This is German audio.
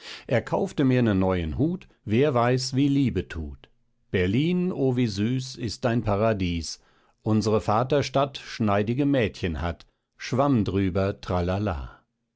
er kaufte mir nen neuen hut wer weiß wie liebe tut berlin o wie süß ist dein paradies unsere vaterstadt schneidige mädchen hat schwamm drüber tralala